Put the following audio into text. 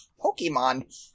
Pokemon